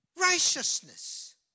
righteousness